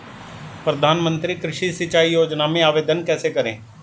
प्रधानमंत्री कृषि सिंचाई योजना में आवेदन कैसे करें?